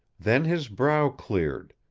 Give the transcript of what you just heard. then his brow cleared.